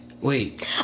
wait